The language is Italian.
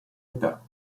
età